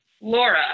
laura